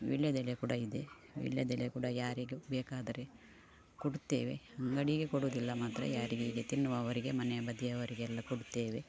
ವೀಳ್ಯದೆಲೆ ಕೂಡ ಇದೆ ವೀಳ್ಯದೆಲೆ ಕೂಡ ಯಾರಿಗೂ ಬೇಕಾದರೆ ಕೊಡುತ್ತೇವೆ ಅಂಗಡಿಗೆ ಕೊಡುವುದಿಲ್ಲ ಮಾತ್ರ ಯಾರಿಗೆ ಹೀಗೆ ತಿನ್ನುವವರಿಗೆ ಮನೆಯ ಬದಿಯವರಿಗೆಲ್ಲ ಕೊಡುತ್ತೇವೆ